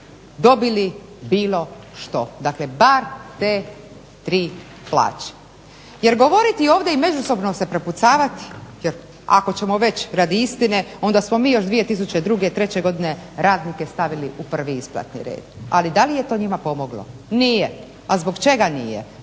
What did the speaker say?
dobili bilo što, dakle bar te tri plaće. Jer govoriti ovdje i međusobno se prepucavati ako ćemo već radi istine, onda smo mi još 2002., treće godine stavili u prvi isplatni red. Ali da li je to njima pomoglo? Nije. A zbog čega nije?